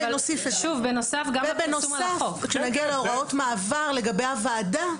ובנוסף, כאשר נגיע להוראות המעבר לגבי הוועדה,